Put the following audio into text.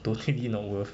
the check in not worth